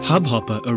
Hubhopper